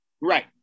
Right